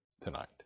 tonight